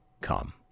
come